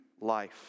life